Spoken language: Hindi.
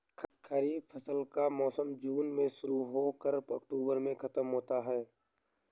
खरीफ फसल का मौसम जून में शुरू हो कर अक्टूबर में ख़त्म होता है